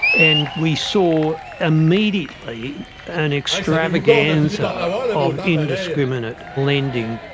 and we saw immediately an extravaganza of indiscriminate lending.